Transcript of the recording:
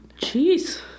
Jeez